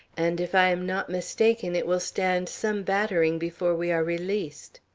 and, if i am not mistaken, it will stand some battering before we are released.